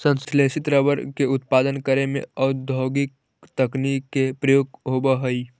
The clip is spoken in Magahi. संश्लेषित रबर के उत्पादन करे में औद्योगिक तकनीक के प्रयोग होवऽ हइ